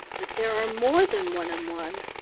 but there are more than one and one.